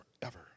forever